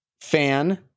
fan